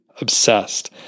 obsessed